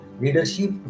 leadership